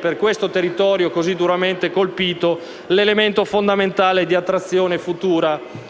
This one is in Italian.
per questo territorio così duramente colpito, sono elemento fondamentale di futura